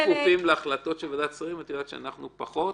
אתם כפופים להחלטות של ועדת שרים ואת יודעת שאנחנו פחות,